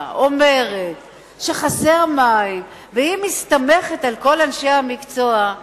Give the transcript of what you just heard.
אומרת שחסרים מים והיא מסתמכת על כל אנשי המקצוע.